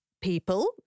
People